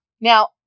Now